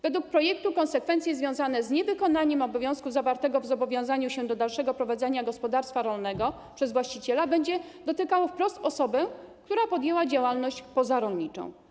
Według projektu konsekwencje związane z niewykonaniem obowiązku zawartego w zobowiązaniu się do dalszego prowadzenia gospodarstwa rolnego przez właściciela będą dotykały wprost osobę, która podjęła działalność pozarolniczą.